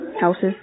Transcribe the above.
Houses